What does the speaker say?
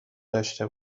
داشته